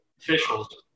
officials